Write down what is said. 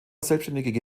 selbstständige